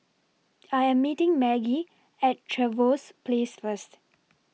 I Am meeting Maggie At Trevose Place First